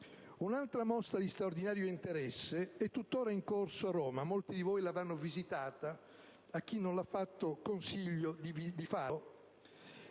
Un'altra mostra di straordinario interesse è tuttora in corso a Roma (molti di voi l'avranno visitata e a chi non l'ha fatto consiglio di andarvi)